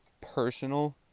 personal